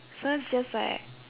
so it's just like